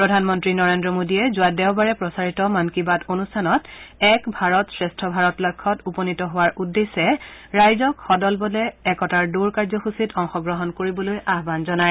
প্ৰধানমন্ত্ৰী নৰেন্দ্ৰ মোদীয়ে যোৱা দেওবাৰে প্ৰচাৰিত মন কী বাত অনুষ্ঠানত এক ভাৰত শ্ৰেষ্ঠ ভাৰত লক্ষ্যত উপনীত হোৱাৰ উদ্দেশ্যে ৰাইজক সদলৱলে একতাৰ দৌৰ কাৰ্যসূচীত অংশগ্ৰহণ কৰিবলৈ আহান জনায়